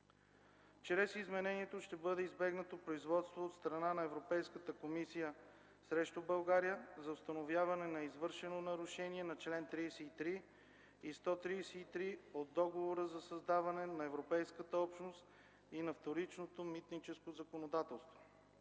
Чрез изменението ще бъде избегнато производство от страна на Европейската комисия срещу България за установяване на извършено нарушение на чл. 33 и 133 от Договора за създаване на Европейската общност и на вторичното митническо законодателство